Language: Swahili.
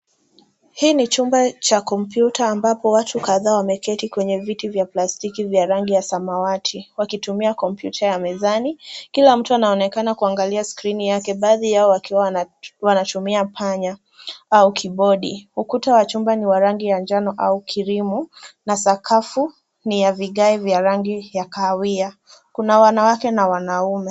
Hii ni chumba cha kompyuta ambapo watu kadhaa wameketi kwenye viti vya plastiki vya rangi ya samawati wakitumia kompyuta ya mezani. Kila mtu anaonekana akiangalia skrini yake baadhi yao wakiwa wanatumia panya au kibodi. Ukuta wa chumba ni wa rangi ya manjano au kirimu na sakafu ni ya vigai vya rangi ya kahawia. Kuna wanawake na wanaume.